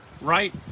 right